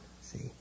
See